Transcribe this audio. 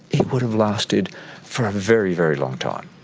it would have lasted for a very, very long time,